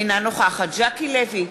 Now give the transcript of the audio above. אינה נוכחת ז'קי לוי,